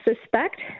suspect